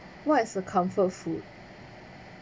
what is your comfort food